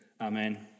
Amen